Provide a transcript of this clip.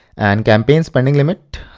and campaign spending limit,